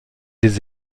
des